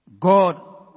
God